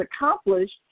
accomplished